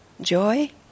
joy